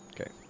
Okay